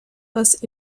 aus